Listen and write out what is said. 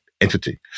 entity